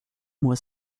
was